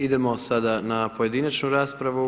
Idemo sada na pojedinačnu raspravu.